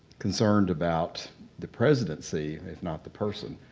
concerned about the presidency, if not the person.